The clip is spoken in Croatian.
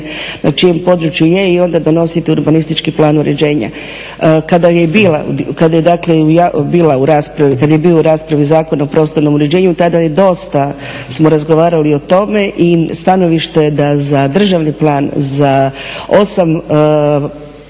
na čijem području je i onda donositi urbanistički plan uređenja. Kada je dakle bila u raspravi, kad je bio u raspravi Zakon o prostornom uređenju, tada dosta smo razgovarali o tome i stanovište da za državni plan za 8